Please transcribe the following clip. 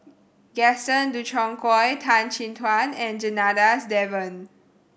Gaston Dutronquoy Tan Chin Tuan and Janadas Devan